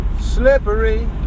slippery